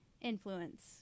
influence